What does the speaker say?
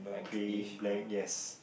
clean black yes